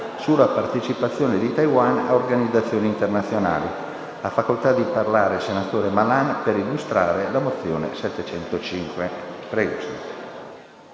sulla partecipazione di Taiwan a organizzazioni internazionali. Ha facoltà di parlare il senatore Malan per illustrarla.